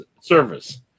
service